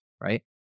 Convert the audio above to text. right